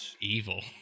evil